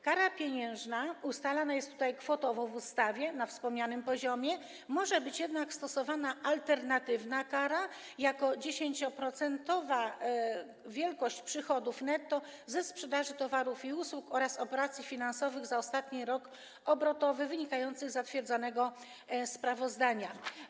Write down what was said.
Kara pieniężna ustalana jest w ustawie kwotowo na wspomnianym poziomie, może być jednak stosowana alternatywna kara: 10-procentowa wielkość przychodów netto ze sprzedaży towarów i usług oraz operacji finansowych za ostatni rok obrotowy, wynikających z zatwierdzanego sprawozdania.